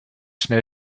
schnell